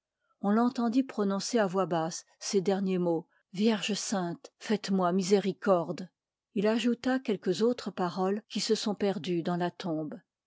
on l'entendit prononcer à voix basse ces derniers mots vierge sainte faites-moi miséricorde il ajouta quelques autres paroles qui se sont perdues dans la tombe